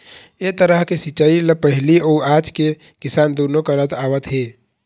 ए तरह के सिंचई ल पहिली अउ आज के किसान दुनो करत आवत हे